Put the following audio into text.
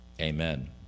amen